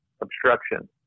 obstruction